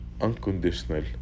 unconditional